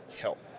help